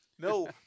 No